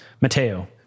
Mateo